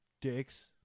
Dicks